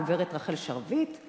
הגברת רחל שרביט,